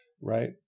Right